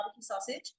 sausage